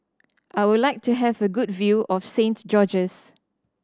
I would like to have a good view of Saint George's